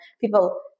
people